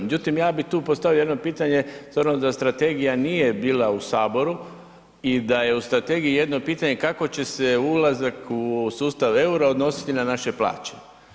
Međutim ja bih tu postavio jedno pitanje s obzirom da strategija nije bila u Saboru i da je u strategiji jedno pitanje kako će se ulazak u sustav euro odnositi na naše plaće.